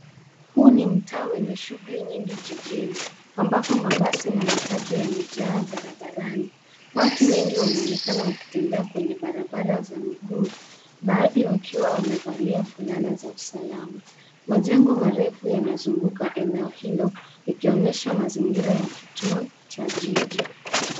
Huu ni mtaa wenye shughuli nyingi jijini ambapo mabasi na matatu yamejaa barabarani. Watu wengi wanaonekana wakitembea kwenye barabara za miguu baadhi wakiwa wamevalia fulana za usalama. Majengo marefu yanazunguka eneo hilo ikionyesha mazingira ya kituo cha jiji.